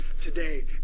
today